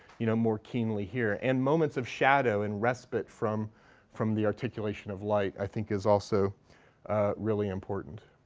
you know, more keenly here. and moments of shadow and respite from from the articulation of light i think is also really important.